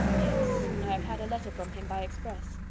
yes i have had a letter from him by express.